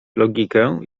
logikę